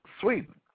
Sweden